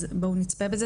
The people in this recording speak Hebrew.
אז בואו נצפה בזה.